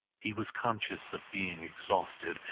he was conscious of being exhausted,